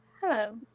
Hello